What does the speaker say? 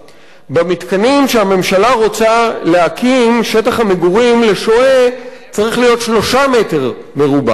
במתקנים שהממשלה רוצה להקים שטח המגורים לשוהה צריך להיות 3 מ"ר לשוהה.